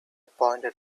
pointed